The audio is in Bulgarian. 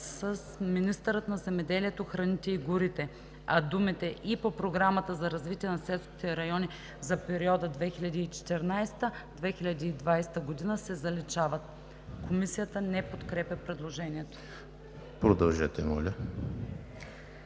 с „Министъра на земеделието, храните и горите“, а думите „и по Програмата за развитие на селските райони за периода 2014 – 2020 г.“ се заличават.“ Комисията не подкрепя предложението. Предложение от